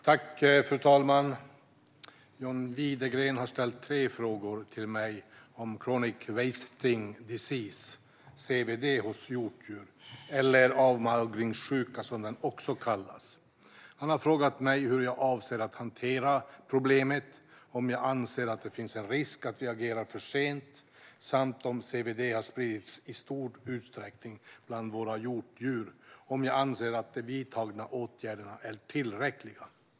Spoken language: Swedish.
Fru talman! John Widegren har ställt tre frågor till mig om Chronic Wasting Disease, CWD, hos hjortdjur, eller avmagringssjuka som den också kallas. Han har frågat mig hur jag avser att hantera problemet, om jag anser att det finns en risk att vi har agerat för sent och, om CWD har spridits i stor utsträckning bland våra hjortdjur, om jag anser att de vidtagna åtgärderna är tillräckliga.